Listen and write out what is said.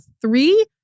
three